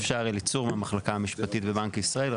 אם אפשר, אליצור וייס מהמחלקה המשפטית בבנק ישראל.